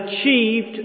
achieved